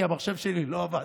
כי המחשב שלי לא עבד.